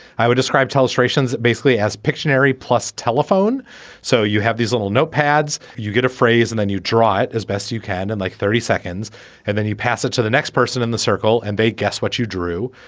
i would describe tell australians basically as pictionary plus telephone so you have these little notepads. you get a phrase and then you draw it as best you can. and like thirty seconds and then you pass it to the next person in the circle and they guess what you drew.